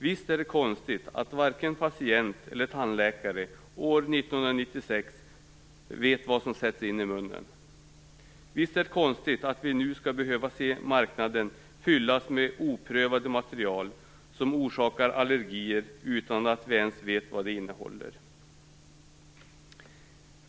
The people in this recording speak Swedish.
Visst är det konstigt att varken patient eller tandläkare år 1996 vet vad som sätts in i munnen? Visst är det konstigt att vi nu skall behöva se marknaden fyllas med oprövade material som orsakar allergier utan ens veta vad de innehåller?